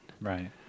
Right